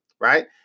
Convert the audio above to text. Right